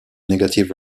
negative